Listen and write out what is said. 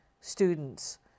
students